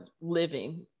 living